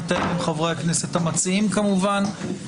נתאם עם חברי הכנסת המציעים, כמובן.